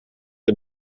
der